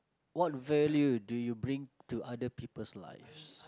what value do you bring to other people's lives